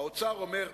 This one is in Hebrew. האוצר אומר: